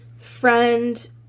friend